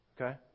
Okay